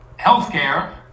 healthcare